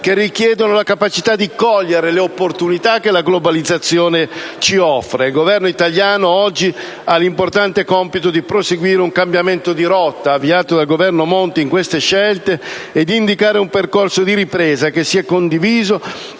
che richiedono la capacità di cogliere le opportunità che la globalizzazione ci offre. Il Governo italiano oggi ha l'importante compito di proseguire un cambiamento di rotta, avviato dal Governo Monti in queste scelte, e di indicare un percorso di ripresa che sia condiviso